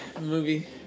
movie